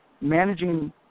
managing